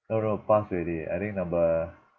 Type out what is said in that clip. no no pass already I think number